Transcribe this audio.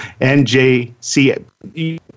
njc